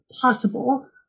possible